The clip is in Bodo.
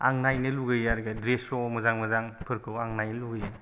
आं नायनो लुगैयो आरो दृश' मोजां मोजांफोरखौ आं नायनो लुगैयो